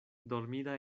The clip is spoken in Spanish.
dormida